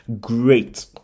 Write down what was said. great